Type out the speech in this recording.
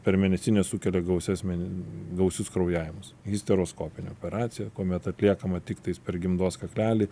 per mėnesines sukelia gausias mėn gausius kraujavimus histeroskopinė operacija kuomet atliekama tiktais per gimdos kaklelį